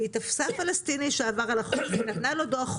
היא תפסה פלסטיני שעבר על החוק והיא נתנה לו דוח,